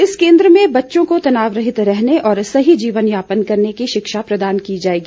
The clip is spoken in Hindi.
इस केन्द्र में बच्चों को तनाव रहित रहने और सही जीवन यापन करने की शिक्षा प्रदान की जाएगी